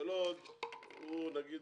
בלוד הוא נגיד